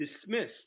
dismissed